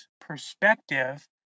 perspective